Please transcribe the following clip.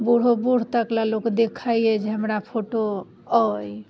बूढ़ो बूढ़ तकले लोक देखैए जे हमरा फोटो अइ